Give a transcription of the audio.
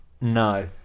No